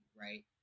right